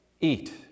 eat